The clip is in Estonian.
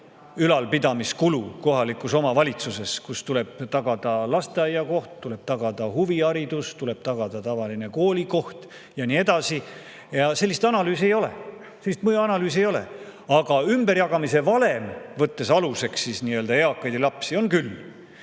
ülalpidamiskulu kohalikus omavalitsuses, kus tuleb tagada lasteaiakoht, tuleb tagada huviharidus, tuleb tagada tavaline koolikoht ja nii edasi? Sellist analüüsi ei ole, mõjuanalüüsi ei ole, aga ümberjagamise valem, võttes aluseks eakaid ja lapsi, on küll.